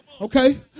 okay